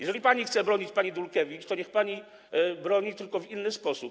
Jeżeli pani chce bronić pani Dulkiewicz, to niech pani broni, tylko w inny sposób.